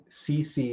cc